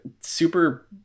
super